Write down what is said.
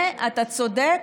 ואתה צודק,